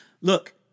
Look